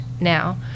now